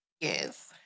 Yes